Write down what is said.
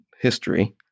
history